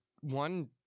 one